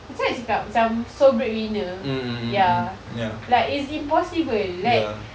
macam mana nak cakap macam sole breadwinner ya like it's impossible like